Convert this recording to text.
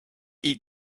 eat